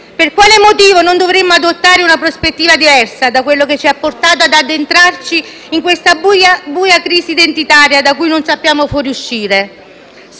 Per quale motivo non dovremmo adottare una prospettiva diversa da quella che ci ha portato ad addentrarci in questa buia crisi identitaria, da cui non sappiamo uscire?